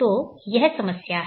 तो यह समस्या है